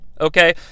okay